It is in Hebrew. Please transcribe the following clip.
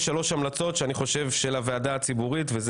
יש שלוש המלצות של הוועדה הציבורית ואנחנו נביא אותן כאן להצבעה.